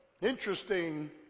interesting